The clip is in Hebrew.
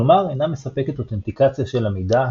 כלומר אינה מספקת אותנטיקציה של המידע,